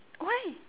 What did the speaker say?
why